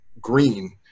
green